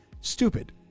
stupid